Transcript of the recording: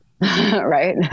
right